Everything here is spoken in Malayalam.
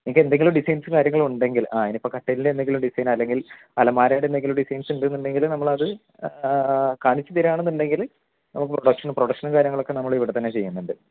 നിങ്ങൾക്ക് എന്തെങ്കിലും ഡിസൈൻസോ കാര്യങ്ങളോ ഉണ്ടെങ്കിൽ അതിനിപ്പോൾ കട്ട്ളിലെന്തെങ്കിലും ഡിസൈനോ അല്ലെങ്കിൽ അലമാരയുടെ എന്തെങ്കിലും ഡിസൈൻസ് ഉണ്ടെന്ന് ഉണ്ടെങ്കിൽ അത് കാണിച്ച് തരുകയാണെന്ന് ഉണ്ടെങ്കിൽ നമുക്ക് പ്രൊഡക്ഷനും കാര്യങ്ങളൊക്കെ നമ്മൾ ഇവിടെ തന്നെ ചെയ്യും